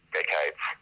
decades